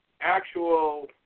actual